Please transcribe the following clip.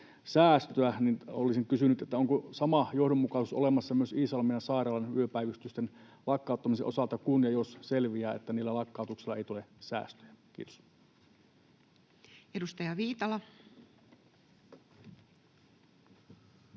säästöä, olisin kysynyt: onko sama johdonmukaisuus olemassa myös Iisalmen sairaalan yöpäivystysten lakkauttamisen osalta, kun ja jos selviää, että lakkautuksilla ei tule säästöjä? — Kiitos. [Speech 114]